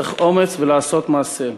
צריך אומץ ולעשות מעשה.